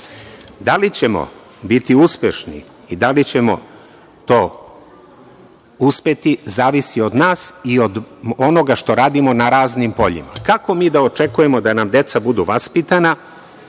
li ćemo biti uspešni i da li ćemo to uspeti zavisi od nas i od onoga što radimo na raznim poljima. Kako mi da očekujemo da nam deca budu vaspitana,